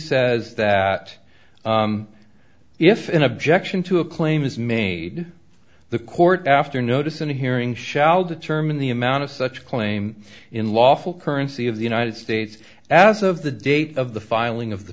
says that if an objection to a claim is made the court after notice and a hearing shall determine the amount of such claim in lawful currency of the united states as of the date of the filing of the